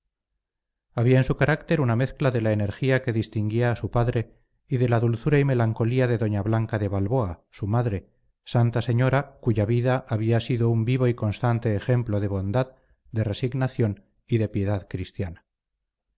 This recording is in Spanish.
en su carácter una mezcla de la energía que distinguía a su padre y de la dulzura y melancolía de doña blanca de balboa su madre santa señora cuya vida había sido un vivo y constante ejemplo de bondad de resignación y de piedad cristiana